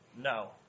No